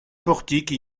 portique